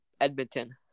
Edmonton